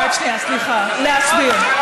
אז תראו, רק שנייה, סליחה, להסביר.